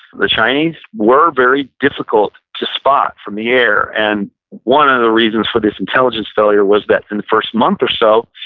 the chinese were very difficult to spot from the air. and one of the reasons for this intelligence failure was that in the first month or so,